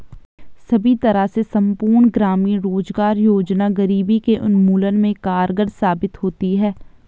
सभी तरह से संपूर्ण ग्रामीण रोजगार योजना गरीबी के उन्मूलन में कारगर साबित होती है